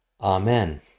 Amen